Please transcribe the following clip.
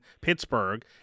Pittsburgh